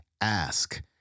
ask